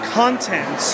content